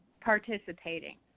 participating